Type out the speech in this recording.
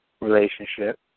relationship